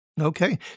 Okay